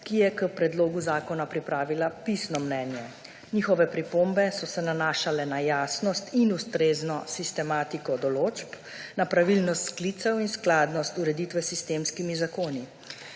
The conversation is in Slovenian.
ki je k predlogu zakona pripravila pisno mnenje. Njihove pripombe so se nanašale na jasnost in ustrezno sistematiko določb, na pravilnost sklicev in skladnost ureditve s sistemskimi zakoni,